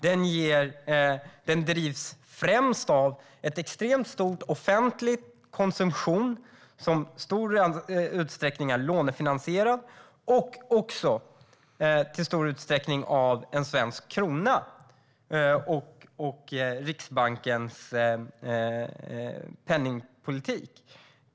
Den drivs främst av en extremt stor offentlig konsumtion som i hög grad är lånefinansierad samt också i stor utsträckning av den svenska kronan och Riksbankens penningpolitik.